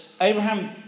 Abraham